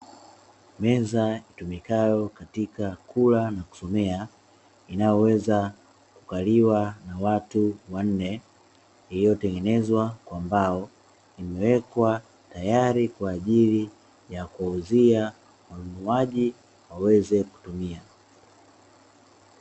Meza itumikayo katika kula na kusomea, inayoweza kukaliwa na watu wanne. Iliyotengenezwa kwa mbao, imewekwa tayari kwa ajili ya kuuzia wanunuaji waweze kutumia.